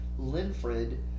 Linfred